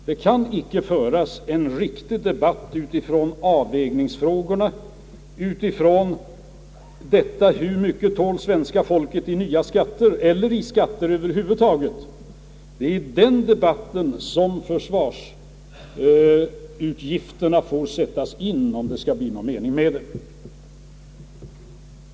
Det kan icke föras en riktig debatt i avvägningsfrågorna med mindre utgångspunkten är hur mycket svenska folket tål i nya skatter eller i skatter över huvud taget. Det är i den debatten som försvarsutgifterna får sättas in, om det skall bli någon mening med det.